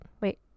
Wait